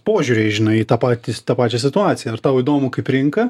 požiūriai žinai į tą patį į tą pačią situaciją ar tau įdomu kaip rinka